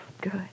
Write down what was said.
good